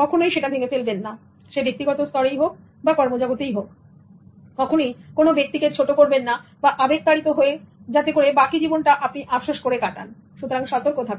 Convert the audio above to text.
কখনোই ভেঙ্গে ফেলবেন না সেটা ব্যক্তিগত স্তরেই হোক বা কর্ম জগতেই হোক এবং কক্ষনই কোন ব্যক্তিকে ছোট করবেন না আবেগতাড়িত হয়ে যাতে করে বাকি জীবনটা আপনি আফসোস করে কাটান সুতরাং সতর্ক থাকুন